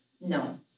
No